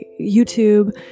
YouTube